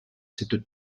cette